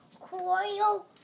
coil